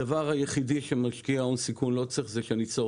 הדבר היחידי שמשקיע בהון סיכון לא צריך זה שאני אצור